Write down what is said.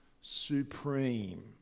supreme